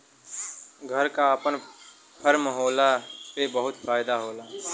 घरे क आपन फर्म होला पे बहुते फायदा होला